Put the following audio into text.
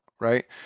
right